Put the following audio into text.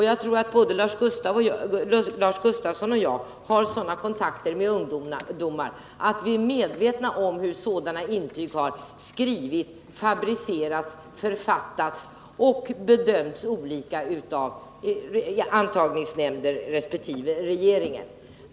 Jag tror att både Lars Gustafsson och jag har sådana kontakter med ungdomar att vi är medvetna om hur sådana här intyg har tillkommit, hur de har fabricerats och författats, och att de har bedömts olika av antagningsnämnderna resp. regeringen.